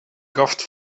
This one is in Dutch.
kaft